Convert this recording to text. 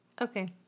Okay